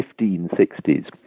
1560s